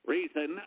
Reason